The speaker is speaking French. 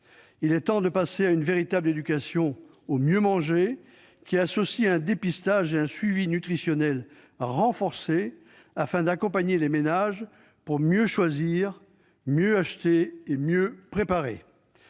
Il est temps de passer à une véritable éducation au mieux manger, qui associe un dépistage et un suivi nutritionnels renforcés, afin d'accompagner les ménages pour mieux choisir, mieux acheter, mieux préparer.